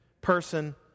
person